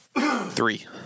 Three